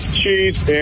cheese